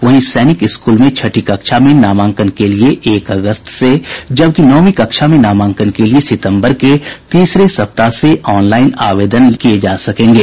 वहीं सैनिक स्कूल में छठी कक्षा में नामांकन के लिये एक अगस्त से जबकि नौवीं कक्षा में नामांकन के लिये सितंबर के तीसरे सप्ताह से ऑनलाइन आवेदन किये जा सकेंगे